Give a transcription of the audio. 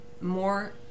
more